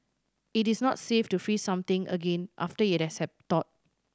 it is not safe to freeze something again after it has thawed